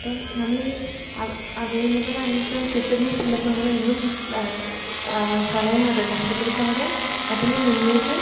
അപ്പം നമ്മൾ ഈ അവൈലബിൾ ആയിട്ട് കിട്ടുന്ന സന്ദർഭങ്ങളെ ഒന്നും കളയാതെ നഷ്ടപ്പെടുത്താതെ അതിനെ മുന്നോട്ട്